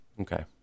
okay